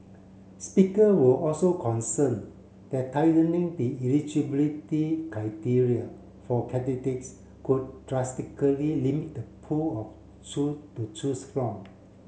speaker were also concerned that tightening the eligibility criteria for candidates could drastically limit the pool to choose from